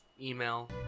email